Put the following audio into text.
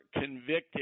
convicted